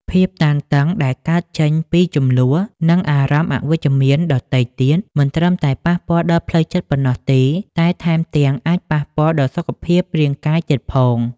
ភាពតានតឹងដែលកើតចេញពីជម្លោះ និងអារម្មណ៍អវិជ្ជមានដទៃទៀត មិនត្រឹមតែប៉ះពាល់ដល់ផ្លូវចិត្តប៉ុណ្ណោះទេ តែថែមទាំងអាចប៉ះពាល់ដល់សុខភាពរាងកាយទៀតផង។